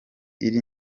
iri